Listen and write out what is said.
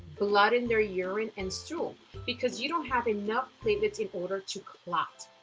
blood in their urine and stool because you don't have enough platelets in order to clot.